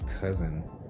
cousin